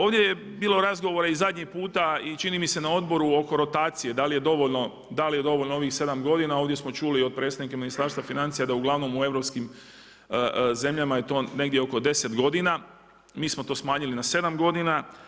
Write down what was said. Ovdje je bilo razgovora i zadnji puta i čini mi se na odboru oko rotacije da li je dovoljno, da li je dovoljno ovih 7 godina, ovdje smo čuli i od predstavnika Ministarstva financija da uglavnom u europskim zemljama je to negdje oko 10 godina, mi smo to smanjili na 7 godina.